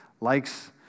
likes